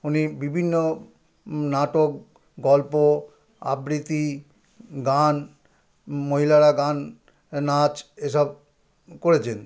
উনি বিভিন্ন নাটক গল্প আবৃত্তি গান মহিলারা গান নাচ এসব করেছেন